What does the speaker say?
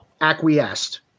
acquiesced